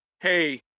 hey